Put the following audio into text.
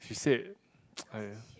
she said !aiya!